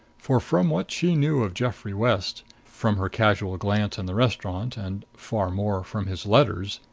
for, from what she knew of geoffrey west, from her casual glance in the restaurant and, far more, from his letters,